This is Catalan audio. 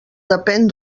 depèn